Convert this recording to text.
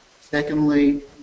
Secondly